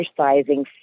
exercising